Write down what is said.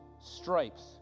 stripes